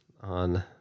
on